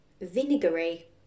vinegary